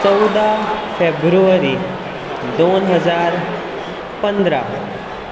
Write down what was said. चवदा फेब्रुवरी दोन हजार पंदरा